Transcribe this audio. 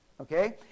Okay